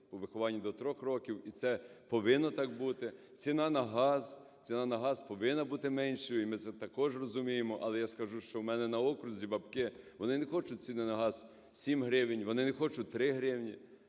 у вихованні до 3 років. І це повинно так бути, ціна на газ, ціна на газ повинна бути меншою і ми це також розуміємо. Але я скажу, що в мене на окрузі бабки, вони не хочуть ціни на газ 7 гривень, вони не хочуть 3 гривні,